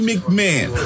McMahon